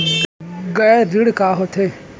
गैर ऋण का होथे?